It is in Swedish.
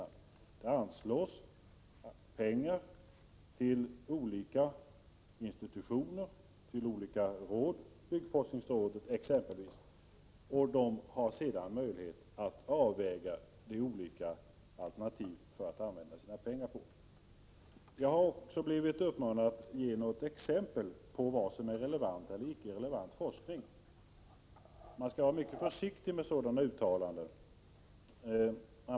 Det anslås pengar till olika institutioner och råd, exempelvis byggforsknings rådet, och de har sedan möjlighet att avväga de olika alternativen att använda sina pengar. Jag har också blivit uppmanad att ge ett exempel på vad som är relevant forskning och icke relevant forskning. Man skall vara mycket försiktig med sådana uttalanden.